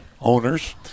owners